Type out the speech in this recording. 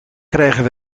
krijgen